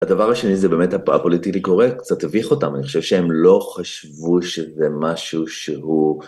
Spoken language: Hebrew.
הדבר השני, זה באמת הפער פוליטי לקורא, קצת הביך אותם, אני חושב שהם לא חשבו שזה משהו שהוא...